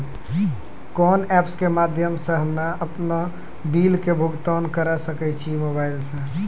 कोना ऐप्स के माध्यम से हम्मे अपन बिल के भुगतान करऽ सके छी मोबाइल से?